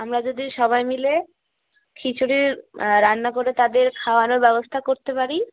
আমরা যদি সবাই মিলে খিচুড়ির রান্না করে তাদের খাওয়ানোর ব্যবস্থা করতে পারি